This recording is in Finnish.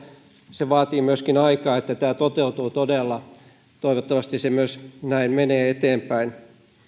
se vaatii myöskin aikaa että tämä toteutuu todella toivottavasti se myös näin menee eteenpäin